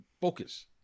focus